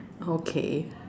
okay